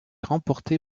remportée